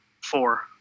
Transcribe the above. Four